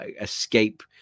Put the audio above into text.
escape